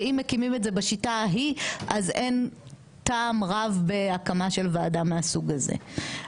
שאם מקימים את זה בשיטה ההיא אז אין טעם רב בהקמה של ועדה מהסוג הזה.